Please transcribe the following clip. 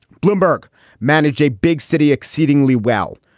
bloomberg manage a big city exceedingly well,